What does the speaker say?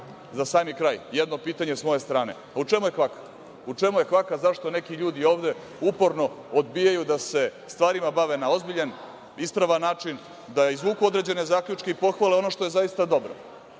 za sam kraj jedno pitanje s moje strane – pa, u čemu je kvaka? Zašto neki ljudi ovde uporno odbijaju da se stvarima bave na ozbiljan, ispravan način, da izvuku određene zaključke i pohvale, ono što je zaista dobro,